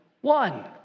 one